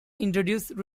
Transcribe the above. introduced